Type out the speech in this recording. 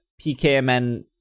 PKMN